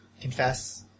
confess